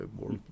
more